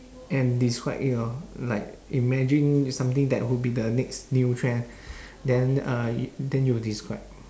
and describe it lor like imagine y~ something that would be the next new trend then uh y~ then you describe